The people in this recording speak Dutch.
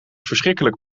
verschrikkelijk